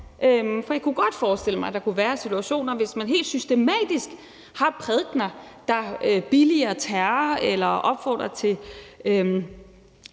For jeg kunne godt forestille mig, at der kunne være situationer, hvor det var relevant – altså hvis man helt systematisk har prædikener, der billiger terror eller opfordrer til